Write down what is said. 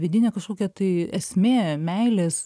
vidinė kažkokia tai esmė meilės